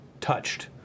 Touched